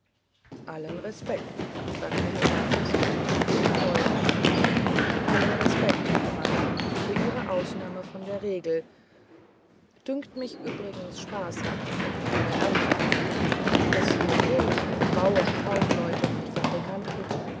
allen respekt sagte herr bantes mit tiefem verbeugen allen respekt herr kommandant für ihre ausnahme von den regeln dünkt mich übrigens spaßhaft oder ernsthaft daß wir bürger bauern kaufleute und fabrikanten